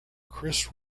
chris